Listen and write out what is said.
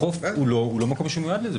החוף הוא לא מקום שמיועד לזה.